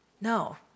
No